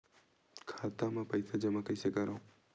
खाता म पईसा जमा कइसे करव?